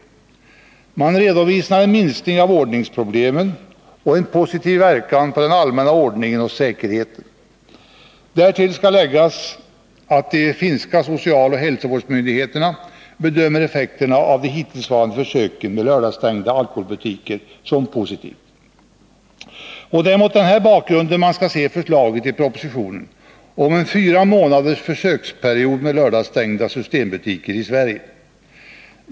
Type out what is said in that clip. Man redovisar en minskning av ordningsproblemen och en positiv verkan på den allmänna ordningen och säkerheten. Därtill skall läggas att de finska socialoch hälsovårdsmyndigheterna bedömer effekterna av de hittillsvarande försöken med lördagsstängda alkoholbutiker som positiva. Det är mot den här bakgrunden man skall se förslaget i propositionen om en fyra månaders försöksperiod med lördagsstängda systembutiker i Sverige.